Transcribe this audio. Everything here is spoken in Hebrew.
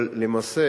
אבל למעשה